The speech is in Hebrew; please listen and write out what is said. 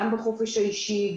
גם בחופש האישי,